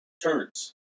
turns